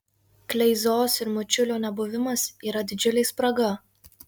kleizos ir mačiulio nebuvimas yra didžiulė spraga